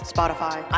Spotify